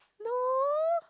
no